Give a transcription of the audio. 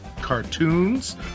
cartoons